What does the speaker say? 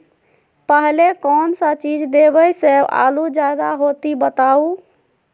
पहले कौन सा चीज देबे से आलू ज्यादा होती बताऊं?